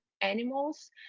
animals